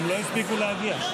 הם לא הספיקו להגיע,